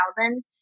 thousand